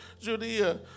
Judea